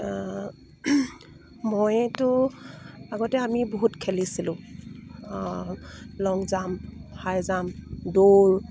মইতো আগতে আমি বহুত খেলিছিলোঁ লং জাম্প হাই জাম্প দৌৰ